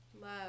Love